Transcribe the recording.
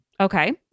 Okay